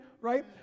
right